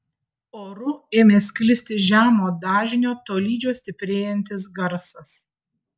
oru ėmė sklisti žemo dažnio tolydžio stiprėjantis garsas